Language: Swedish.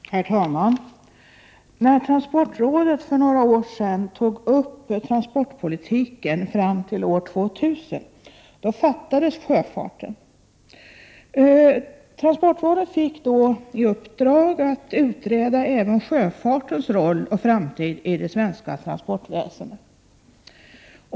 Herr talman! När transportrådet för några år sedan behandlade transportpolitiken fram till år 2000, fattades sjöfarten. Transportrådet fick därför i uppdrag att utreda även sjöfartens roll och framtid i det svenska transportväsendet.